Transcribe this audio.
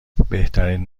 بهترین